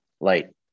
Light